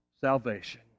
salvation